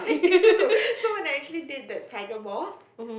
I think so too so when I actually did that tiger moth